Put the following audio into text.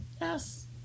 Yes